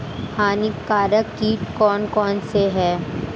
हानिकारक कीट कौन कौन से हैं?